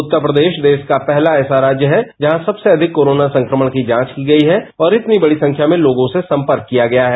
उत्तर प्रदेश देश का ऐसा पहला राज्य है जहां सबसे अधिक कोरोना संक्रमण की जांच की गयी है और इतनी बड़ी संख्या में लोगों से सम्पर्क किया गया है